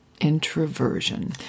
Introversion